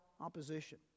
opposition